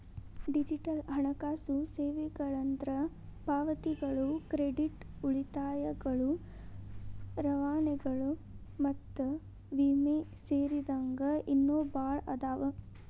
digital ಹಣಕಾಸು ಸೇವೆಗಳಂದ್ರ ಪಾವತಿಗಳು ಕ್ರೆಡಿಟ್ ಉಳಿತಾಯಗಳು ರವಾನೆಗಳು ಮತ್ತ ವಿಮೆ ಸೇರಿದಂಗ ಇನ್ನೂ ಭಾಳ್ ಅದಾವ